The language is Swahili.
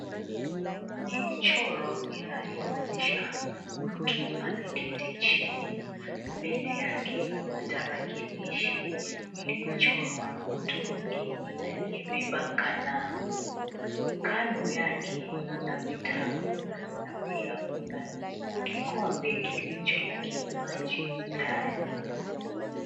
Ni mchoro inayoonyesha mtu ameketi chini, mbele yake kuna tarakilishi iliyochorwa mtu mwengine aliyebeba kalamu. Kando yake kuna vitabu na pia kuna kikombe kilicho na kinywaji ndani.